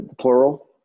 plural